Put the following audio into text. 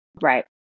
Right